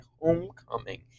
homecoming